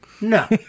No